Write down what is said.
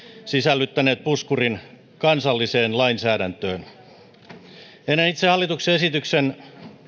sisällyttäneet puskurin kansalliseen lainsäädäntöön ennen itse hallituksen esityksen